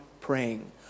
praying